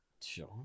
sure